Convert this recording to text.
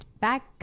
back